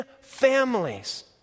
families